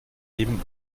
neben